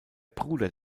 bruder